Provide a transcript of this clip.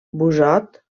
busot